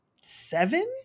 seven